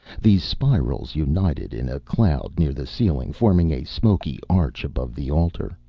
these spirals united in a cloud near the ceiling, forming a smoky arch above the altar.